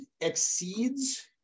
exceeds